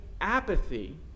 apathy